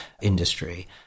industry